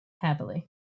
happily